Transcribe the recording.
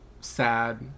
sad